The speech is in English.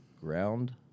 ground